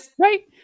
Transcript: right